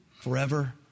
forever